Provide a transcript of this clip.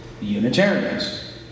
Unitarians